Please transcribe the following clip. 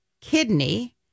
kidney